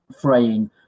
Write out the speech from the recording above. fraying